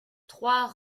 trois